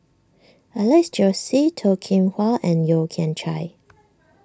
Alex Josey Toh Kim Hwa and Yeo Kian Chye